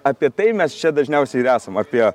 apie tai mes čia dažniausiai ir esam apie